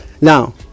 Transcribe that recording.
now